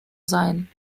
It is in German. sein